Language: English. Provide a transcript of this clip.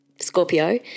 Scorpio